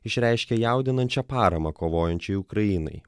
išreiškė jaudinančią paramą kovojančiai ukrainai